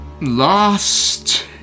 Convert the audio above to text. lost